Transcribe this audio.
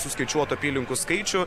suskaičiuotų apylinkių skaičių